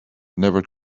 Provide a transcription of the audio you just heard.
never